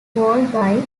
wallaby